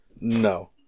No